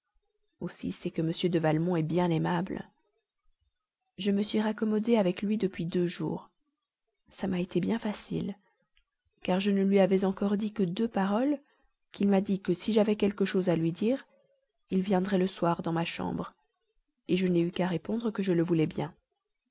aussi c'est que m de valmont est bien aimable je me suis raccommodée avec lui depuis deux jours ça m'a été bien facile car je ne lui avais encore dit que deux mots qu'il m'a dit que si j'avais quelque chose à lui dire il viendrait le soir dans ma chambre je n'ai eu qu'à répondre que je le voulais bien